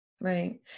right